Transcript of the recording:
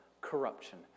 corruption